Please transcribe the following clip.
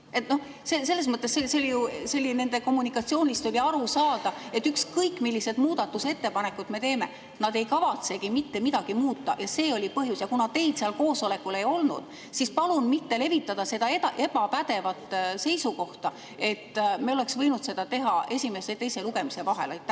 Selles mõttes oli nende kommunikatsioonist arusaadav, et ükskõik millised muudatusettepanekud me teeme, nad ei kavatse mitte midagi muuta. See oli põhjus. Teid seal koosolekul ei olnud ja palun mitte levitada seda ebapädevat seisukohta, et me oleks võinud [midagi muuta] esimese ja teise lugemise vahel.